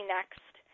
Next